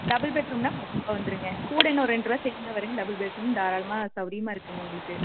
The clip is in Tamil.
டபுள் பெட்ரூம்ன்னால் பத்துரூபா வந்துடுங்க கூட இன்னும் ஒரு ரெண்டுருபா சேர்ந்துதான் வருங்க டபுள் பெட்ரூம் தாராளமாக சவுரியமாக இருக்குங்க உங்களுக்கு